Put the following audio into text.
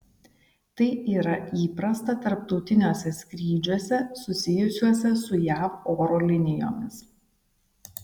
tai yra įprasta tarptautiniuose skrydžiuose susijusiuose su jav oro linijomis